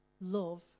love